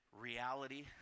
reality